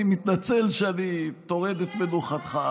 אני מתנצל שאני טורד את מנוחתך,